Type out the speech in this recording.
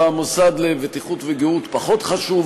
המוסד לבטיחות ולגהות פחות חשוב,